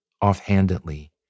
offhandedly